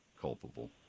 culpable